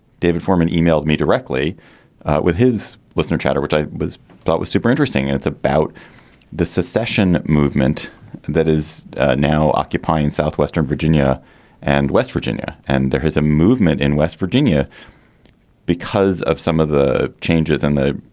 david forman, e-mailed me directly with his listener chatter, which i thought was super interesting. and it's about the secession movement that is now occupying southwestern virginia and west virginia. and there is a movement in west virginia because of some of the changes in the